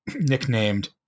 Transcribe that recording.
nicknamed